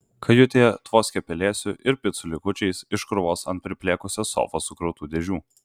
kajutėje tvoskė pelėsiu ir picų likučiais iš krūvos ant priplėkusios sofos sukrautų dėžių